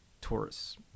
tourists